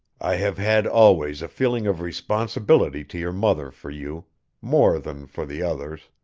i have had always a feeling of responsibility to your mother for you more than for the others.